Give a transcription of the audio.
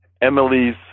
Emily's